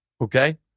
okay